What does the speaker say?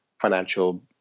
financial